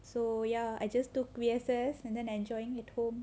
so ya I just took V_S_S and then enjoying at home